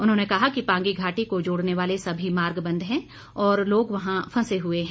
उन्होंने कहा कि पांगी घाटी को जोड़ने वाले सभी मार्ग बंद हैं और लोग वहां फंसे हुए हैं